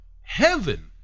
heaven